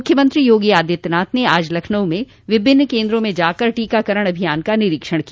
मुख्यमंत्री योगी आदित्यनाथ ने आज लखनऊ में विभिन्न केन्द्रों में जाकर टीकाकरण अभियान का निरीक्षण किया